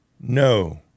no